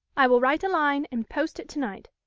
i will write a line and post it to-night,